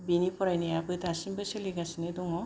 बिनि फरायनायाबो दासिमबो सोलिगासिनो दङ